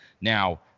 Now